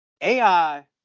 AI